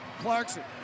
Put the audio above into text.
Clarkson